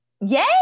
Yay